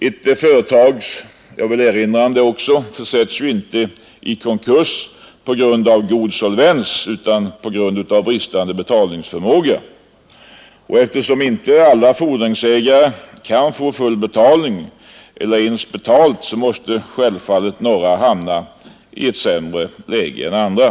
Ett företag — jag vill erinra om det också — försätts ju inte i konkurs på grund av god solvens, utan på grund av bristande betalningsförmåga, och eftersom inte alla fordringsägare kan få full Nr 152 betalning eller ens betalt alls, måste givetvis några hamna i ett sämre läge Fredagen den Kn andre.